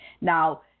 Now